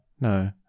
no